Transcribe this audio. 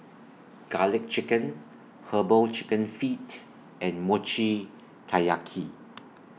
Garlic Chicken Herbal Chicken Feet and Mochi Taiyaki